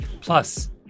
Plus